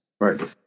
Right